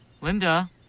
Linda